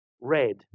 red